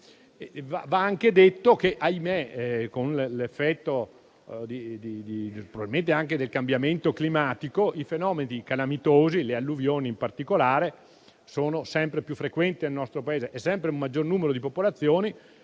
Va anche detto che, ahimè, probabilmente anche per effetto del cambiamento climatico, i fenomeni calamitosi (le alluvioni, in particolare) sono sempre più frequenti nel nostro Paese e un sempre maggior numero di popolazioni